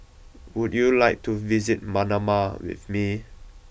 would you like to visit Manama with me